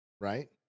Right